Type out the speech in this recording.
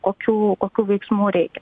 kokių kokių veiksmų reikia